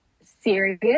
serious